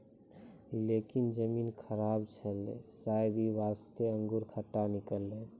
लेकिन जमीन खराब छेलै शायद यै वास्तॅ अंगूर खट्टा निकललै